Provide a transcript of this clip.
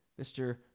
Mr